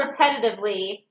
repetitively